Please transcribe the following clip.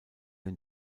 den